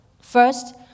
First